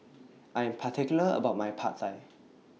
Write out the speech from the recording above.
I Am particular about My Pad Thai